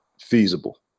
feasible